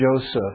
Joseph